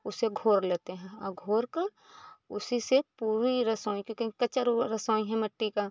उसे घोर लेते हैं आ घोरकर उसी से पूरी रसोई क्योंकि कच्चा रसोई है मिट्टी की